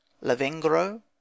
Lavengro